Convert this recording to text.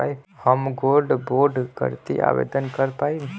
हम gold bond करती आवेदन कर पाईब?